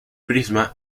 prisma